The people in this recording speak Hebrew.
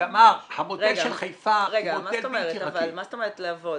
מה זאת אומרת לעבוד?